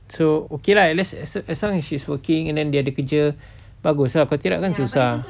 so okay lah at least as long as she's working and then dia ada kerja bagus ah kalau tidak kan susah